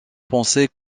pensait